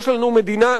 יש לנו מדינה,